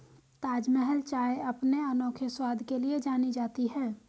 ताजमहल चाय अपने अनोखे स्वाद के लिए जानी जाती है